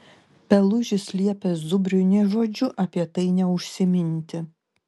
pelužis liepė zubriui nė žodžiu apie tai neužsiminti